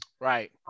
Right